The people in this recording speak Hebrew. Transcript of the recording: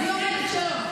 אז היא אומרת שלא.